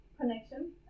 connection